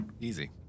Easy